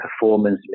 performance